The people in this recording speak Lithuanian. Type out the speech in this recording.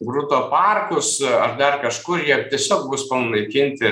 grūto parkus ar dar kažkur jie tiesiog bus panaikinti